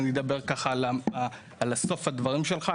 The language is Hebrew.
אני אדבר על סוף הדברים שלך,